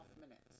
minutes